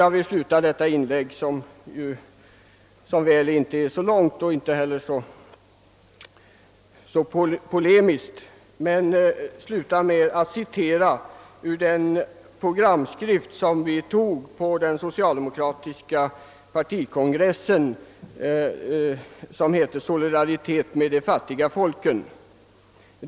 Jag vill sluta detta inlägg, som ju inte är så utförligt och inte heller så polemiskt, med att citera ur den programskrift som heter »Solidaritet med de fattiga folken» och som vi antog på den socialdemokratiska partikongressen.